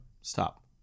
stop